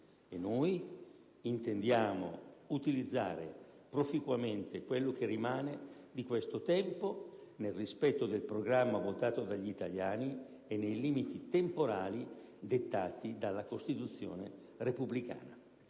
e noi intendiamo utilizzare proficuamente quello che rimane di questo tempo, nel rispetto del programma votato dagli italiani e nei limiti temporali dettati dalla Costituzione repubblicana.